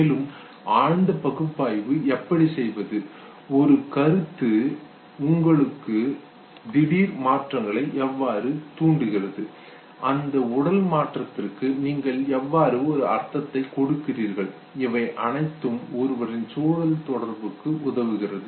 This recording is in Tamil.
மேலும் ஆழ்ந்த பகுப்பாய்வை எப்படி செய்வது ஒரு கருத்து உங்களுக்குள் திடீர் மாற்றங்களை எவ்வாறு தூண்டுகிறது அந்த உடல் மாற்றத்திற்கு நீங்கள் எவ்வாறு ஒரு அர்த்தத்தை கொடுக்கிறீர்கள் இவை அனைத்தும் ஒருவரின் சூழல் தொடர்புக்கு உதவுகிறது